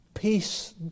Peace